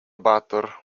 баатар